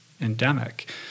endemic